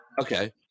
Okay